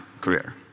career